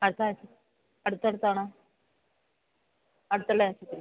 അടുത്തായിട്ട് അടുത്ത് ആണോ അടുത്തുള്ള ആശുപത്രി